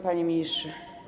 Panie Ministrze!